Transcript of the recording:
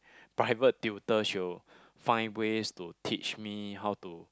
private tutor she will find ways to teach me how to